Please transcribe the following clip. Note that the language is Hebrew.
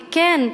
וכן,